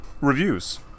reviews